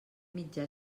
mitjà